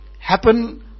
happen